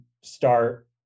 start